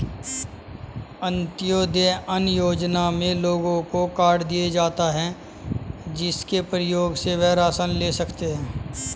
अंत्योदय अन्न योजना में लोगों को कार्ड दिए जाता है, जिसके प्रयोग से वह राशन ले सकते है